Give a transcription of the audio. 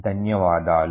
ధన్యవాదాలు